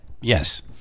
Yes